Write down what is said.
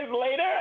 later